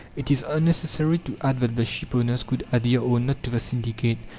it is unnecessary to add that the shipowners could adhere or not to the syndicate.